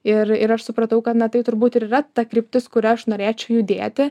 ir ir aš supratau kad na tai turbūt ir yra ta kryptis kuria aš norėčiau judėti